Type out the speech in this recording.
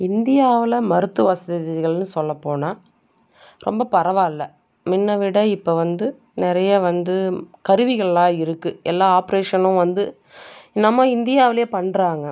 இந்தியாவில் மருத்துவ வசதிகள்ன்னு சொல்லப்போனால் ரொம்ப பரவாயில்ல முன்ன விட இப்போ வந்து நிறையா வந்து கருவிகளெலாம் இருக்குது எல்லா ஆப்ரேஷனும் வந்து நம்ம இந்தியாவிலேயே பண்ணுறாங்க